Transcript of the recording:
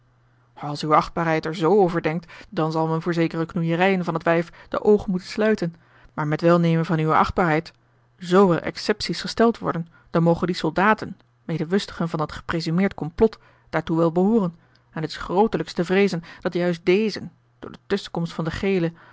als uwe achtbaarheid er z over denkt dan zal men voor zekere knoeierijen van het wijf de oogen moeten sluiten maar met welnemen van uwe achtbaarheid zoo er excepties gesteld worden dan mogen die soldaten medewustigen van dat gepresumeerd complot daartoe wel behooren en het is grootelijks te vreezen dat juist dezen door de tusschenkomst van de gele